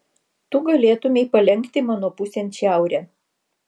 tu galėtumei palenkti mano pusėn šiaurę